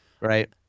Right